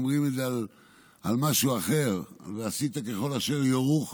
אומרים את זה על משהו אחר,"ועשית ככל אשר יורוך"